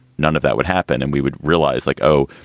none of that would happen. and we would realize, like, oh,